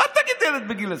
מה תגיד לילד בגיל עשר?